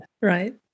Right